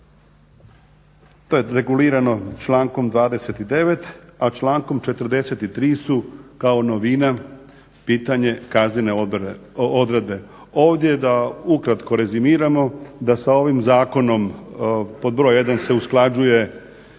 To je regulirano člankom 29., a člankom 43. su kao novina pitanje kaznene odredbe. Ovdje da ukratko rezimiramo da sa ovim zakonom pod broj 1. se usklađuje